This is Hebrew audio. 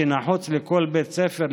שנחוץ לכל בית ספר,